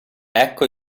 ecco